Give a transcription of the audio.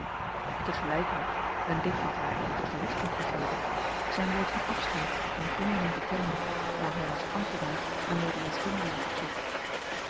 tegelijk ook en dit had haar eenige verlichting gegeven zijn woord van afscheid aan vrienden en bekenden daar hij als ambtenaar naar nederlandsch-indië vertrok